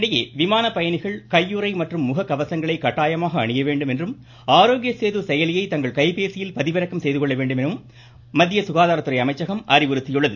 இதனிடையே விமான பயணிகள் கையுறை மற்றும் முக கவசங்களை கட்டாயமாக அணிய வேண்டும் என்றும் ஆரோக்கிய சேது செயலியை தங்கள் கைபேசியில் பதிவிறக்கம் செய்துகொள்ள வேண்டும் என மத்திய சுகாதாரத்துறை அமைச்சகம் அறிவுறுத்தியுள்ளது